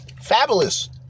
Fabulous